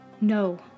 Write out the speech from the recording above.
No